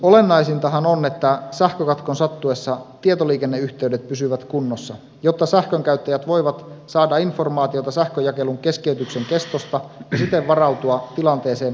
olennaisintahan on että sähkökatkon sattuessa tietoliikenneyhteydet pysyvät kunnossa jotta sähkönkäyttäjät voivat saada informaatiota sähkönjakelun keskeytyksen kestosta ja siten varautua tilanteeseen asianmukaisesti